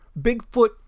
Bigfoot